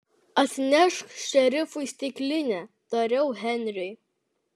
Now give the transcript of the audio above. atnešk šerifui stiklinę tariau henriui